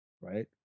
right